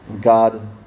God